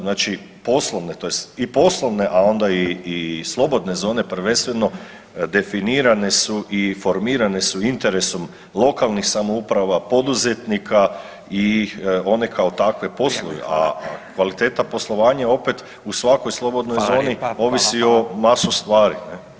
Znači poslovne tj. i poslovne, a onda i slobodne zone prvenstveno definirane su i formirane su interesom lokalnih samouprava poduzetnika i one kao takve posluju [[Upadica Radin: Vrijeme.]] a kvaliteta poslovanja opet u svakoj slobodnoj zoni [[Upadica Radin: Hvala lijepa, hvala, hvala.]] ovisi o masu stvari.